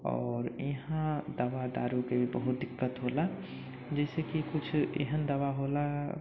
आओर यहाँ दवा दारुके भी बहुत दिक्कत होला जाहिसे कि किछु एहन दवा होला